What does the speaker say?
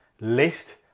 list